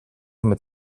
mit